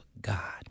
God